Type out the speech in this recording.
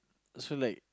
so like